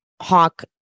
Hawk